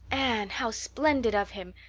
anne, how splendid of him!